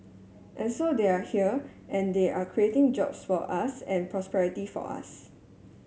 and so they are here and they are creating jobs for us and prosperity for us